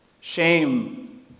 Shame